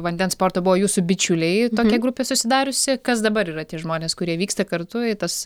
vandens sporto buvo jūsų bičiuliai tokia grupė susidariusi kas dabar yra tie žmonės kurie vyksta kartu į tas